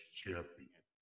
champion